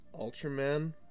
Ultraman